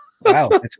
Wow